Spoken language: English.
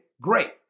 great